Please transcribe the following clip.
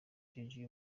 deejay